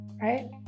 right